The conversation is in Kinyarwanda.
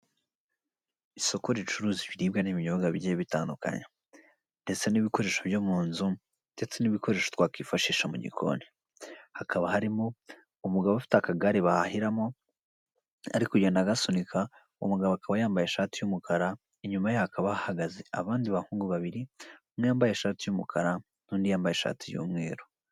Isoko ricuruza ibiribwa n'ibinyobwa bigiye bitandukanye ndetse n'ibikoresho byo mu nzu ndetse n'ibikoresho twakifashisha mu gikoni; hakaba harimo umugabo ufite akagare bahahiramo ari kugenda agasunika uwo mugabo akaba yambaye ishati y'umukara; inyuma ye hakaba hahagaze abandi bahungu babiri umwe yambaye ishati y'umukara n'undi yambaye ishati y'umweru.